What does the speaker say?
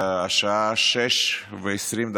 השעה 06:20,